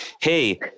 Hey